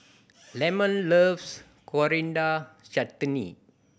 Lemon loves Coriander Chutney